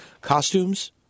costumes